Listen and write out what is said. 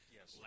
Yes